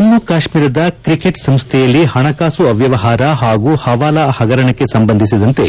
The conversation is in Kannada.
ಜಮ್ಮು ಕಾಶ್ಮೀರದ ಕ್ರಿಕೆಟ್ ಸಂಸ್ಲೆಯಲ್ಲಿ ಹಣಕಾಸು ಅವ್ಯವಹಾರ ಹಾಗೂ ಹವಾಲ ಹಗರಣಕ್ಕೆ ಸಂಬಂಧಿಸಿದಂತೆ